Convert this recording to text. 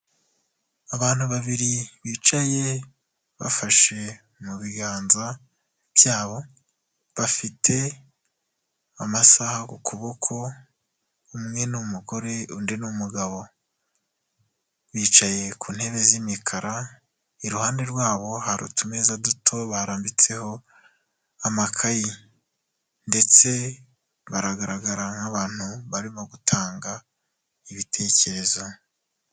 Abantu babiri bicaye bafashe mu biganza byabo, bafite amasaha ku kuboko, umwe ni umugore undi ni umugabo, bicaye ku ntebe z'imikara, iruhande rwabo hari utumeza duto barambitseho amakayi ndetse baragaragara nk'abantu barimo gutanga ibitekerezo.